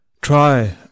try